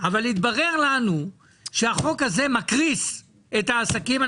אבל התברר לכם שהחוק הזה מקריס את העסקים.